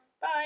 bye